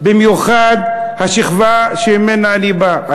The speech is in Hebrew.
במיוחד השכבה שממנה אני בא,